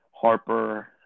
Harper